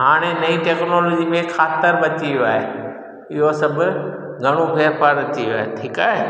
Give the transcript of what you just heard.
हाणी नई टैक्नॉलोजी मेंं खाध बची वियो आहे इहो सभु घणो वापार थी वियो आहे ठीकु आहे